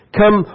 come